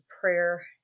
prayer